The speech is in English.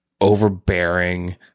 overbearing